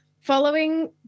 following